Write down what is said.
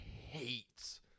hates